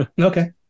Okay